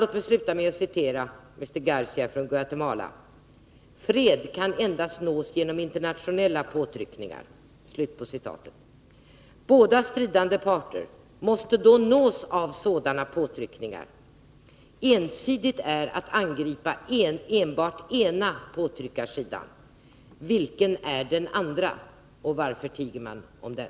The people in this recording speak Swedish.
Låt mig sluta med att citera herr Garcia från Guatemala: Fred kan endast nås genom internationella påtryckningar. Båda de stridande parterna måste då nås av påtryckningar. Ensidigt är att angripa enbart ena påtryckarsidan. Vilken är den andra, och varför tiger man om den?